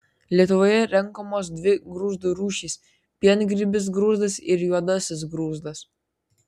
lietuvoje renkamos dvi grūzdų rūšys piengrybis grūzdas ir juodasis grūzdas